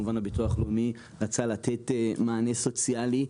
הביטוח הלאומי כמובן רצה לתת מענה סוציאלי,